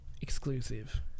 exclusive